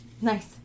Nice